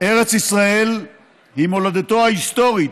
ארץ ישראל היא מולדתו ההיסטורית